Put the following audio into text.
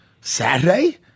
Saturday